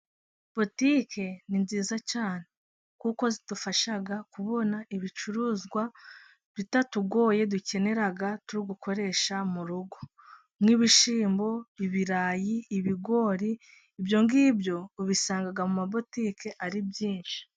Butike ni nziza cyane, kuko zidufasha kubona ibicuruzwa bitatugoye dukenera turi gukoresha mu rugo: nk'ibishyimbo, ibirayi, ibigori. Ibyo ngibyo ubisanga mu ma butike ari byinshi.